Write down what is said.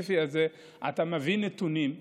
אתה אומר דברים לא נכונים.